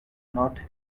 not